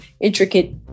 intricate